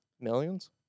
Millions